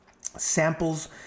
samples